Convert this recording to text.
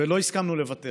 ולא הסכמנו לוותר